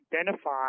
identify